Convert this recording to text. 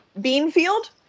Beanfield